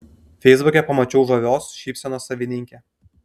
feisbuke pamačiau žavios šypsenos savininkę